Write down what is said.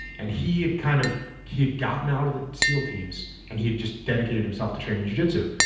and he had kind of he had gotten out of the seal teams and he had just dedicated himself to training ju-jitsu.